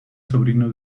sobrino